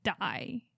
die